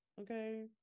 Okay